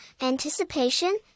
anticipation